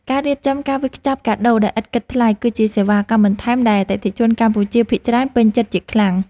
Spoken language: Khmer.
ការរៀបចំការវេចខ្ចប់កាដូដោយឥតគិតថ្លៃ គឺជាសេវាកម្មបន្ថែមដែលអតិថិជនកម្ពុជាភាគច្រើនពេញចិត្តជាខ្លាំង។